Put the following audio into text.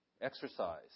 exercise